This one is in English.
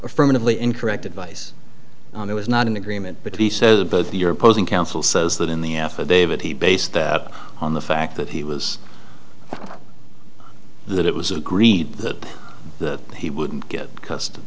affirmatively incorrect advice on that was not in agreement but he says both your opposing counsel says that in the affidavit he based that on the fact that he was that it was agreed that he wouldn't get custom